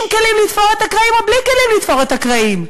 עם כלים לתפור את הקרעים או בלי כלים לתפור את הקרעים?